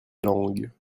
langues